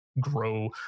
grow